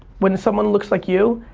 when someone looks like you,